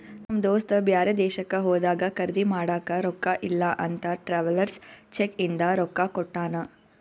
ನಮ್ ದೋಸ್ತ ಬ್ಯಾರೆ ದೇಶಕ್ಕ ಹೋದಾಗ ಖರ್ದಿ ಮಾಡಾಕ ರೊಕ್ಕಾ ಇಲ್ಲ ಅಂತ ಟ್ರಾವೆಲರ್ಸ್ ಚೆಕ್ ಇಂದ ರೊಕ್ಕಾ ಕೊಟ್ಟಾನ